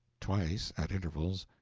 twice, at intervals,